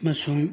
ꯑꯃꯁꯨꯡ